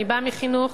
אני באה מחינוך.